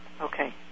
Okay